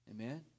Amen